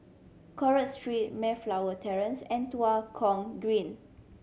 Crawford Street Mayflower Terrace and Tua Kong Green